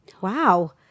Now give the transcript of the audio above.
Wow